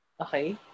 Okay